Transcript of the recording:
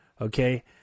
okay